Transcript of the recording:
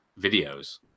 videos